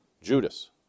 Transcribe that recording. Judas